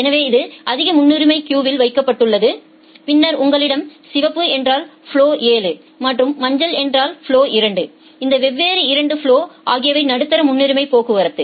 எனவே இது அதிக முன்னுரிமை கியூவில் வைக்கப்பட்டுள்ளது பின்னர் உங்களிடம் சிவப்பு என்றால் ஃபலொ 7 மற்றும் மஞ்சள் என்றால் ஃபலொ 2 இந்த வெவ்வேறு 2 ஃபலொகள் ஆகியவை நடுத்தர முன்னுரிமை போக்குவரத்து